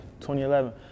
2011